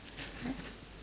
alright